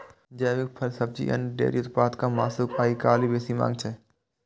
जैविक फल, सब्जी, अन्न, डेयरी उत्पाद आ मासुक आइकाल्हि बेसी मांग छै